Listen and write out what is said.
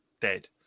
dead